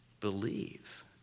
believe